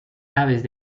aves